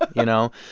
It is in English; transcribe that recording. you know?